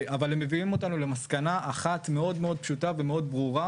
אבל הן מביאות אותנו למסקנה אחת מאוד פשוטה וברורה,